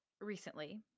recently